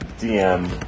DM